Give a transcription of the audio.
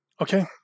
Okay